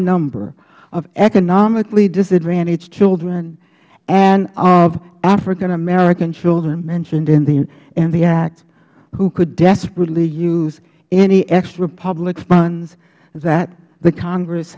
number of economically disadvantaged children and of african american children mentioned in the act who could desperately use any extra public funds that the congress